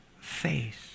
face